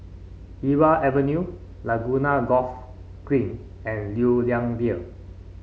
Irau Avenue Laguna Golf Green and Lew Lian Vale